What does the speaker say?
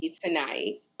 tonight